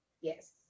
Yes